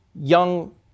young